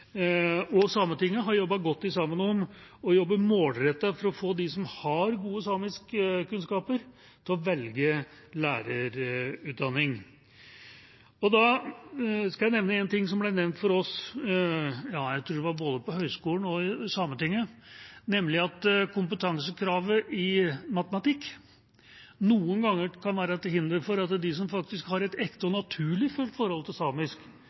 og Sametinget har jobbet godt og målrettet sammen for å få dem som har gode samiskkunnskaper, til å velge lærerutdanning. Der vil jeg nevne én ting som ble nevnt for oss – jeg tror det var både på høyskolen og i Sametinget – nemlig at kompetansekravet i matematikk noen ganger kan være til hinder for at de som har et ekte og naturlig forhold til samisk,